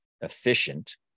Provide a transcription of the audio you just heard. efficient